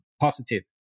positive